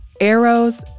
arrows